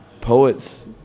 poets